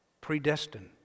Predestined